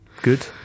Good